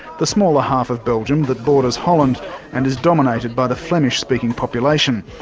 the smaller half of belgium that borders holland and is dominated by the flemish-speaking population.